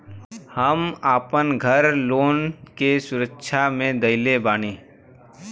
हम आपन घर लोन के सुरक्षा मे धईले बाटी